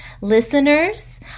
listeners